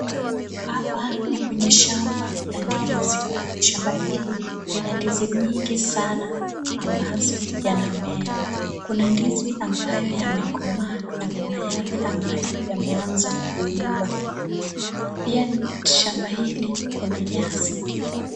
Hapa ni kwenye shamba la ndizi. Shamba hili lina ndizi mingi sana ambazo yanamea. Kuna ndizi ambayo yamekomaa na kuna yale ambayo yameanza kuiva. Pia, shamba hili kuna nyasi.